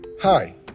Hi